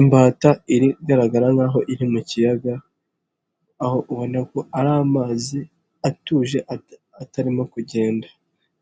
Imbata iri kugaragara nk'aho iri mu kiyaga, aho ubonako ari amazi atuje atarimo kugenda.